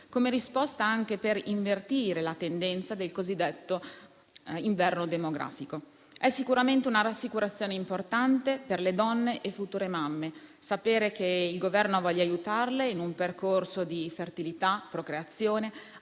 come risposta anche per invertire la tendenza al cosiddetto inverno demografico. È sicuramente una rassicurazione importante per le donne e le future mamme sapere che il Governo voglia aiutarle in un percorso di fertilità, procreazione,